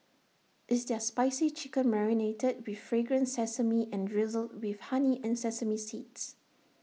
it's their spicy chicken marinated with fragrant sesame and drizzled with honey and sesame seeds